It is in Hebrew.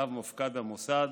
שעליו מופקד המוסד: